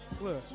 Look